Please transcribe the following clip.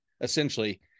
essentially